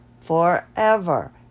forever